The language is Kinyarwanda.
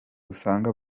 usanga